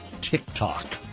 TikTok